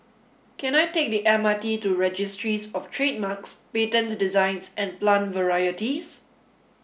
can I take the M R T to Registries Of Trademarks Patents Designs and Plant Varieties